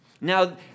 Now